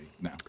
now